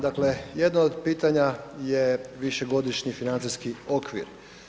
Dakle jedno od pitanja je višegodišnji financijski okvir.